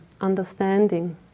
understanding